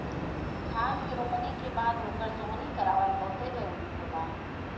धान के रोपनी के बाद ओकर सोहनी करावल बहुते जरुरी होला